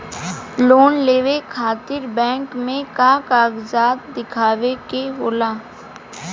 Loan लेवे खातिर bank मे का कागजात दिखावे के होला?